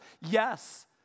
Yes